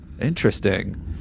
interesting